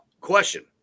question